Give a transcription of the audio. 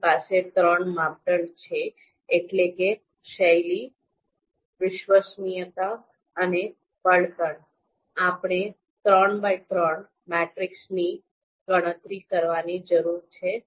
આપણી પાસે ત્રણ માપદંડ છે એટલે કે શૈલી વિશ્વસનીયતા અને બળતણ આપણે ૩x૩ મેટ્રિક્સની ગણતરી કરવાની જરૂર છે